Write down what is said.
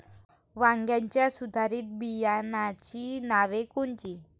वांग्याच्या सुधारित बियाणांची नावे कोनची?